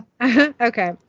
Okay